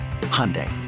Hyundai